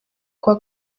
kuwa